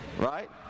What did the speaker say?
Right